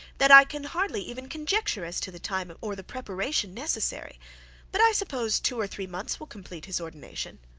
that i can hardly even conjecture as to the time, or the preparation necessary but i suppose two or three months will complete his ordination.